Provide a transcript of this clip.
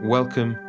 Welcome